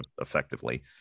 effectively